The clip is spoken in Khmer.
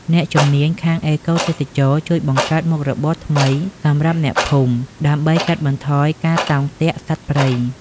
អ្នកជំនាញខាងអេកូទេសចរណ៍ ជួយបង្កើតមុខរបរថ្មីសម្រាប់អ្នកភូមិ ដើម្បីកាត់បន្ថយការតោងទាក់សត្វព្រៃ។